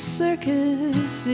circus